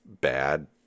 bad